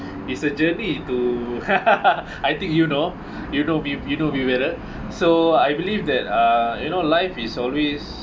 it's a journey to I think you know you know me you know me better so I believe that uh you know life is always